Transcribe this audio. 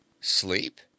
sleep